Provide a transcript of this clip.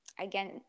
Again